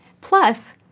Plus